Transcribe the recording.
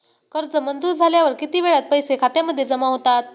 कर्ज मंजूर झाल्यावर किती वेळात पैसे खात्यामध्ये जमा होतात?